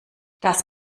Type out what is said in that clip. das